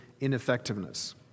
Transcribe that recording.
ineffectiveness